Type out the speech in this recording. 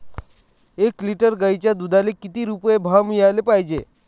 एक लिटर गाईच्या दुधाला किती रुपये भाव मिळायले पाहिजे?